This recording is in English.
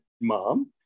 Mom